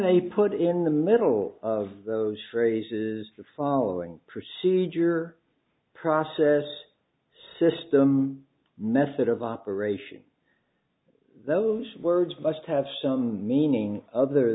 they put in the middle of those phrases the following procedure process system mesut of operation those words must have some meaning other